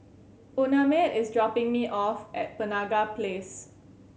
Unnamed is dropping me off at Penaga Place